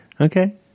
Okay